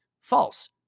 False